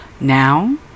Now